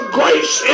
grace